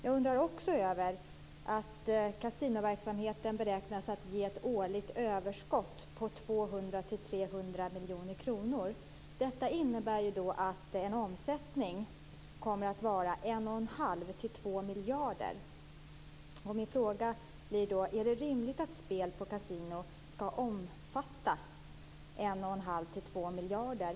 Jag undrar också över att kasinoverksamheten beräknas att ge ett årligt överskott på 200-300 miljoner kronor. Detta innebär att omsättningen kommer att vara 11⁄2-2 miljarder. Min fråga blir då: Är det rimligt att spel på kasino skall omfatta 11⁄2-2 miljarder?